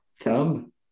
thumb